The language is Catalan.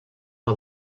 una